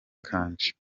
kanje